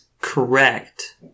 correct